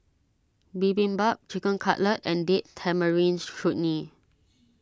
Bibimbap Chicken Cutlet and Date Tamarind Chutney